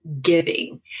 giving